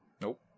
Nope